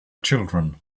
children